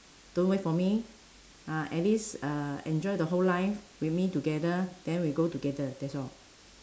don't wait for me uh at least uh enjoy the whole life with me together then we go together that's all